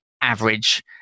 average